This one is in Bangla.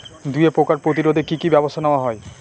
দুয়ে পোকার প্রতিরোধে কি কি ব্যাবস্থা নেওয়া হয়?